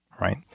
right